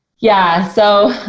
yeah, so